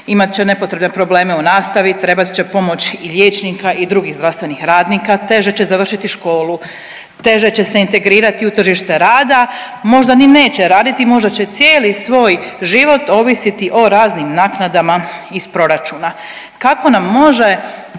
imat će nepotrebne probleme u nastavi, trebat će pomoć i liječnika i drugih zdravstvenih radnika, teže će završiti školu, teže će se integrirati u tržište rada, možda ni neće raditi, možda će cijeli svoj život ovisiti o raznim naknadama iz proračuna.